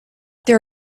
there